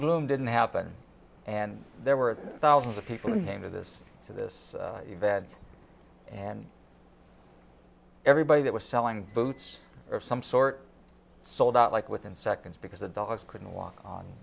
gloom didn't happen and there were thousands of people coming to this to this event and everybody that was selling boots of some sort sold out like within seconds because the dogs couldn't walk on